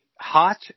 hot